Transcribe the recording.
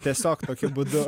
tiesiog tokiu būdu